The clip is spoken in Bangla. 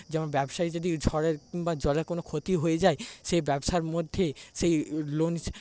যেমন ব্যবসায় যদি ঝড়ে বা জলে কোন ক্ষতিও হয়ে যায় সেই ব্যবসার মধ্যে সেই লোন